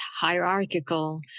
hierarchical